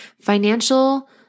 financial